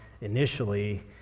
initially